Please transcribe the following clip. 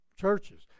churches